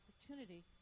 opportunity